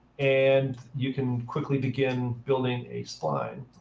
and you can quickly begin building a spline.